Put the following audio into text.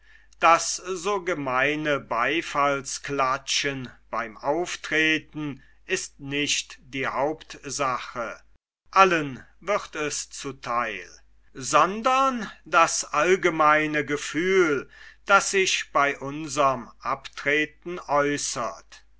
das so gemeine beifallsklatschen beim auftreten ist nicht die hauptsache allen wird es zu theil sondern das allgemeine gefühl das sich bei unserm abtreten äußert